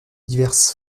diverses